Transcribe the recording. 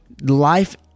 Life